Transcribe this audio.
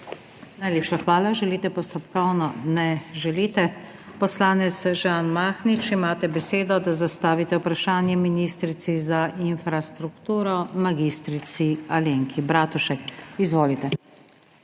Najlepša hvala. Želite postopkovno? Ne želite. Poslanec Žan Mahnič, imate besedo, da zastavite vprašanje ministrici za infrastrukturo mag. Alenki Bratušek. Izvolite.